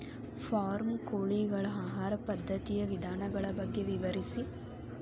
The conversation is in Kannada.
ಫಾರಂ ಕೋಳಿಗಳ ಆಹಾರ ಪದ್ಧತಿಯ ವಿಧಾನಗಳ ಬಗ್ಗೆ ವಿವರಿಸಿ